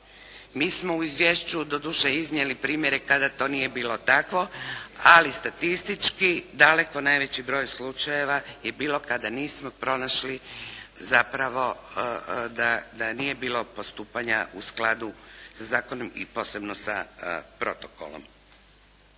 Mi smo u izvješću doduše iznijeli primjere kada to nije bilo tako, ali statistički daleko najveći broj slučajeva je bilo kada nismo pronašli zapravo, da nije bilo postupanja u skladu sa zakonom i posebno sa protokolom.